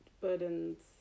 burdens